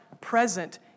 present